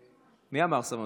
מי אמר סבלנות?